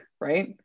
right